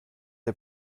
der